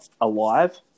alive